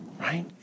Right